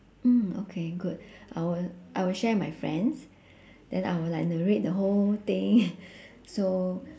mm okay good I would I would share my friends then I would like narrate the whole thing so